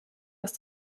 dass